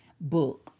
book